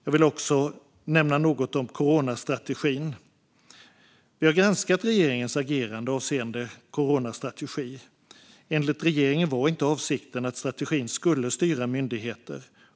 Jag vill också nämna något om coronastrategin. Vi har granskat regeringens agerande avseende coronastrategin. Enligt regeringen var avsikten inte att strategin skulle styra myndigheter.